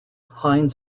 hind